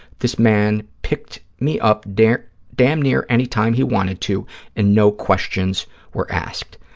this man picked me up damn damn near any time he wanted to and no questions were asked.